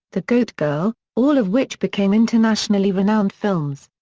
the goat girl, all of which became internationally renowned films.